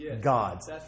God's